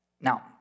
Now